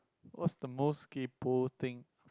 what's the most kaypoh thing